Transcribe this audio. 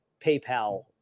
PayPal